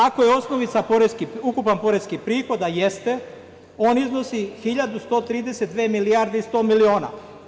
Ako je osnovica ukupan poreski prihod, a jeste, on iznosi 1.132 milijardi i 100 miliona.